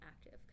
active